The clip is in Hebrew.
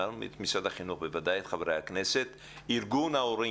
את ארגון ההורים.